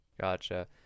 gotcha